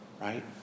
right